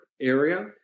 area